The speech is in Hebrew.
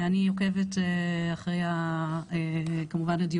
אני עוקבת אחרי הדיונים כמובן,